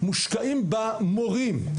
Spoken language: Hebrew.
משקיעים במורים.